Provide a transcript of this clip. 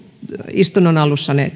istunnon alussa ne